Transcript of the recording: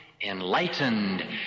enlightened